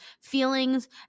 feelings